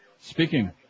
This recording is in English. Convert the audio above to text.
Speaking